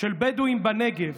של בדואים בנגב